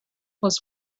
was